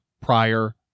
prior